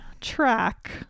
track